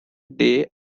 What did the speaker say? day